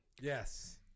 Yes